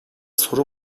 soru